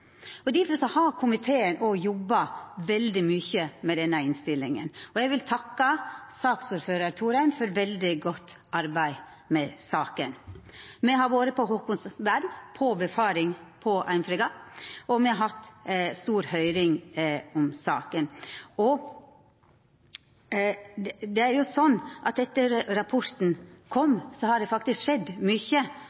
har komiteen òg jobba veldig mykje med denne innstillinga, og eg vil takka saksordføraren, Thorheim, for veldig godt arbeid med saka. Me har vore på Haakonsvern på synfaring på ein fregatt, og me har hatt stor høyring om saka. Det er sånn at etter at rapporten kom,